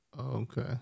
Okay